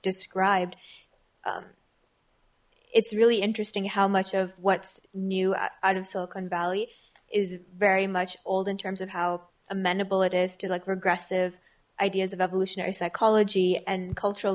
described it's really interesting how much of what's new out of silicon valley is very much old in terms of how amenable it is to like regressive ideas of evolutionary psychology and cultural